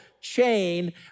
chain